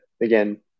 again